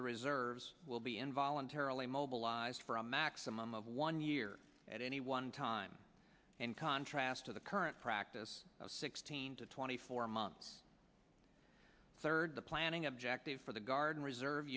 the reserves will be in voluntarily mobilized for a maximum of one year at any one time in contrast to the current practice of sixteen to twenty four months third the planning objective for the guard and reserve